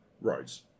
roads